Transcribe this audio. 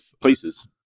places